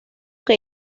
que